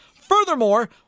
Furthermore